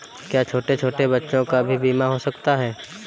क्या छोटे छोटे बच्चों का भी बीमा हो सकता है?